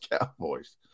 Cowboys